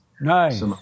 Nice